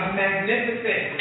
magnificent